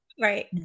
Right